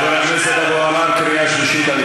חבר הכנסת אבו עראר, קריאה שלישית.